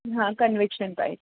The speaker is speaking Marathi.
हां कन्वेक्शन पाहिजे